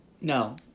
No